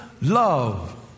love